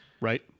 Right